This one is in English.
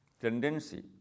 tendency